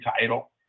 title